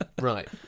Right